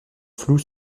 flou